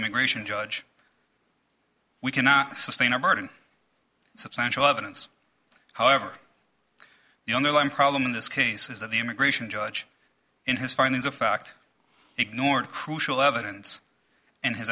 immigration judge we cannot sustain our burden substantial evidence however the underlying problem in this case is that the immigration judge in his findings of fact ignored crucial evidence and his